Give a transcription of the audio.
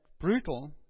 brutal